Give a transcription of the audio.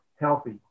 healthy